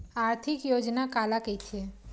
आर्थिक योजना काला कइथे?